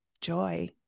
joy